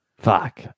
Fuck